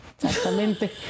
exactamente